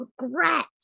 regret